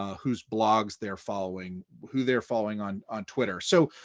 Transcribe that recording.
ah whose blogs they're following, who they're following on on twitter. so